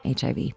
HIV